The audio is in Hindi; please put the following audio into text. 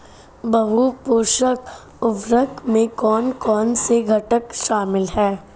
बहु पोषक उर्वरक में कौन कौन से घटक शामिल हैं?